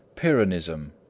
pyrrhonism,